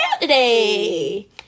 today